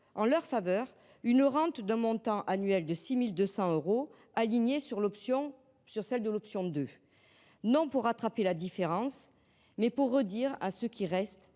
en leur faveur, une rente d’un montant annuel de 6 200 euros, aligné sur celui de la deuxième option, non pour rattraper la différence, mais pour redire à ceux qui restent,